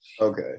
Okay